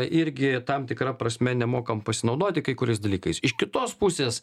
irgi tam tikra prasme nemokam pasinaudoti kai kuriais dalykais iš kitos pusės